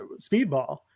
speedball